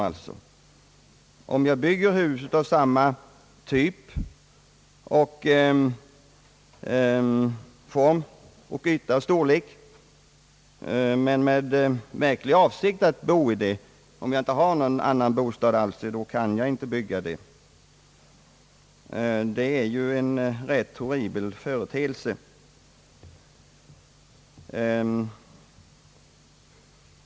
Om jag vill bygga ett hus av samma typ, form och storlek med verklig avsikt att bo i det dvs. oftast i det fall då jag inte har någon annan bostad — då kan jag inte göra det. Detta är ganska horribelt.